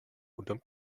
unterm